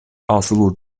奥斯陆